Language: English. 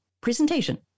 presentation